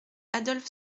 adolphe